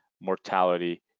mortality